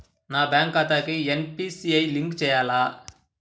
నా బ్యాంక్ ఖాతాకి NPCI link చేయాలా?